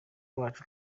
wacu